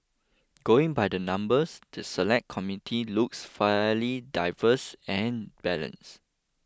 going by the numbers the Select Committee looks fairly diverse and balance